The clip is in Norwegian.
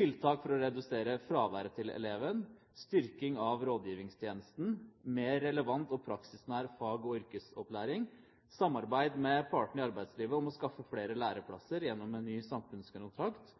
tiltak for å redusere fraværet til eleven, styrking av rådgivingstjenesten, mer relevant og praksisnær fag- og yrkesopplæring, samarbeid med partene i arbeidslivet om å skaffe flere læreplasser gjennom en ny samfunnskontrakt,